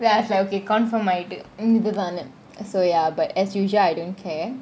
then I was like okay confirm ஆயிட்டு இது தாணு :aayetu ithu thaanu but as usual I don't care